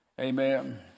amen